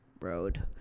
road